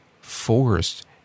forced